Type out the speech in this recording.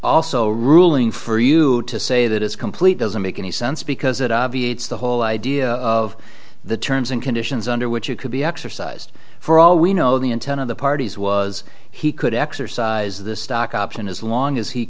also ruling for you to say that it's complete doesn't make any sense because it obviates the whole idea of the terms and conditions under which it could be exercised for all we know the intent of the parties was he could exercise the stock option as long as he